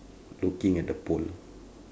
looking at the pole